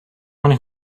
only